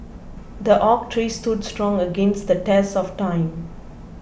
the oak tree stood strong against the test of time